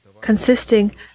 consisting